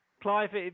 Clive